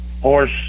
horse